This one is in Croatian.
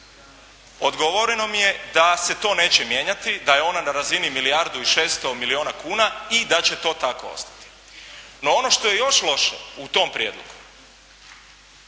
Odgovoreno mi je da se to neće mijenjati, da je ona na razini milijardu i 600 milijuna kuna i da će to tako ostati. No ono što je još loše u tom prijedlogu.